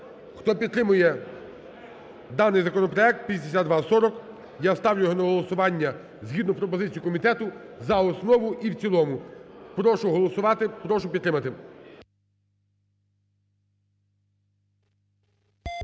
Хто підтримує даний законопроект 5240, я ставлю його на голосування згідно пропозицій комітету за основу і в цілому. Прошу голосувати. Прошу підтримати.